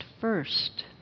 first